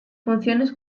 funciones